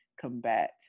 combat